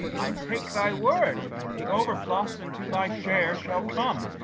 i take thy word, the overplus unto thy share shall come,